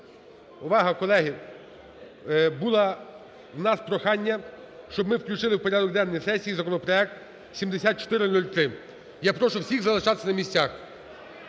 Увага, колеги! Було в нас прохання, щоб ми включили у порядок денний сесії законопроект 7403. Я прошу всіх залишатися на місцях.